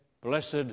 blessed